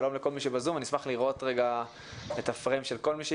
שלום לכל מי שבזום, בוקר טוב.